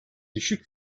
düşük